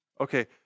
Okay